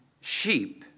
Sheep